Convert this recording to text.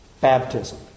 Baptism